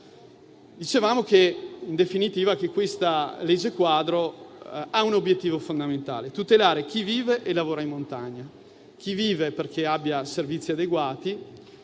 definitiva, questa legge quadro ha un obiettivo fondamentale, ossia tutelare chi vive e lavora in montagna: chi vive, perché abbia servizi adeguati;